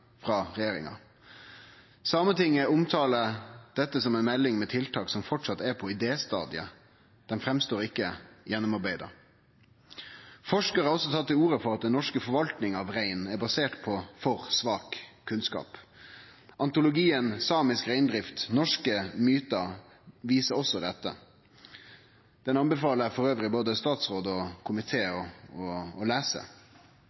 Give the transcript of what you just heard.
frå regjeringa. Sametinget omtaler dette som ei melding med tiltak som framleis er på idéstadiet. Dei verkar ikkje gjennomarbeidde. Forskarar har også tatt til orde for at den norske forvaltninga av rein er basert på for svak kunnskap. Antologien «Samisk reindrift – Norske myter» viser også dette. Han anbefaler eg elles både statsråd og komité å lese.